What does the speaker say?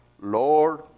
Lord